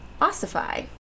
ossify